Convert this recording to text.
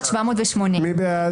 21,581 עד 21,600. מי בעד?